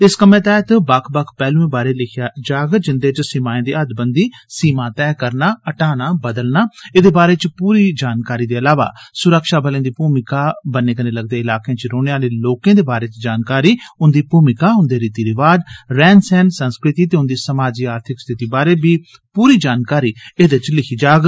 इस कम्मै तैहत बक्ख बक्ख पैहलुएं बारै लिखेआ जाग जिन्दे च सीमाएं दी हदबंदी सीमा तैय करना हटाना बदलना एदे बारै च पूरी जानकारी दे इलावा सुरक्षाबलें दी भूमिका बन्ने कन्ने लगदे इलाके च रोहने आले लोकें दे बारै च जानकारी उन्दी भूमिका उन्दे रीति रिवाज रहन सहन संस्कृति ते उन्दी समाजी आर्थिक स्थिति बगैरा दे बारै च पूरी जानकारी एदे तैहत लिखी जाग